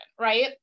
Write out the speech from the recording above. right